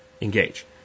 engage